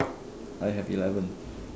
I have eleven